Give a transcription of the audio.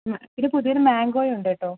ആ പിന്നെ പുതിയ ഒരു മാഗൊയും ഉണ്ട് കേട്ടോ